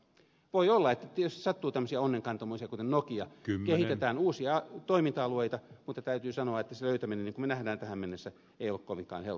voi olla että sattuu tämmöisiä onnenkantamoisia kuten nokia kehitetään uusia toiminta alueita mutta täytyy sanoa että sellaisen löytäminen niin kuin me näemme tähän mennessä ei ole kovinkaan helppoa